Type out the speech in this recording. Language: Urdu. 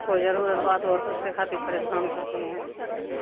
کوئی ضرورت بات ہوا تو اس کے خاطر پریشان کرتے ہیں